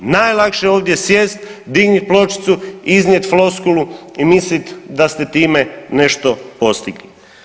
Najlakše je ovdje sjest, dignit pločicu, iznijet floskulu i mislit da ste time nešto postigli.